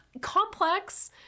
complex